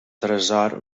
tresor